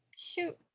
shoot